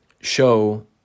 show